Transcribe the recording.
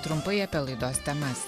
trumpai apie laidos temas